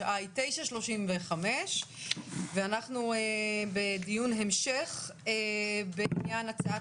השעה היא 09:35. אנחנו בדיון המשך בעניין הצעת